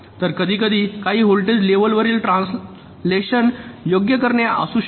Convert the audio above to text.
तर कधीकधी काही व्होल्टेज लेवलवरील ट्रान्सलेशन योग्य करणे आवश्यक असू शकते